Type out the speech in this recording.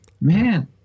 Man